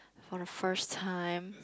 for the first time